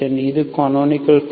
இது canonical form